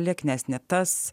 lieknesnė tas